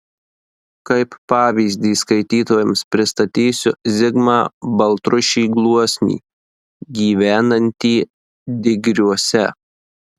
kaip pavyzdį skaitytojams pristatysiu zigmą baltrušį gluosnį gyvenantį digriuose